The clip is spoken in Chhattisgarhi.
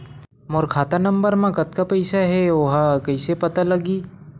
मोर खाता नंबर मा कतका पईसा हे ओला कइसे पता लगी?